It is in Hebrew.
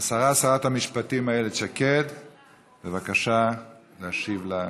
השרה, שרת המשפטים איילת שקד, בבקשה, להשיב.